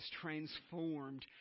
transformed